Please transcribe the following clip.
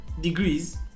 degrees